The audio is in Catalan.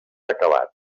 acabat